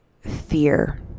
fear